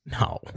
No